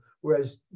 Whereas